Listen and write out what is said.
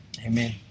Amen